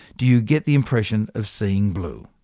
do you get the impression of seeing blue.